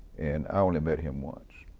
and i only met him once.